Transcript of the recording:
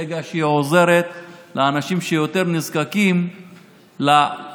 ברגע שהיא עוזרת לאנשים שיותר נזקקים לעזרה,